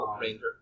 ranger